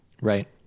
Right